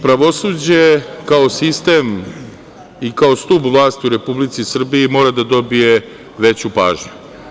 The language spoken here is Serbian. Pravosuđe kao sistem i kao stub vlasti u Republici Srbiji mora da dobije veću pažnju.